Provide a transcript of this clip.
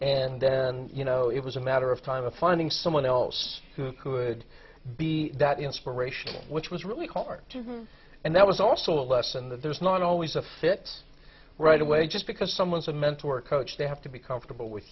and you know it was a matter of time of finding someone else who could be that inspirational which was really hard and that was also a lesson that there's not always a fix right away just because someone's a mentor or coach they have to be comfortable with